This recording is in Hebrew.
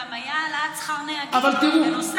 גם הייתה העלאת שכר נהגים בנוסף.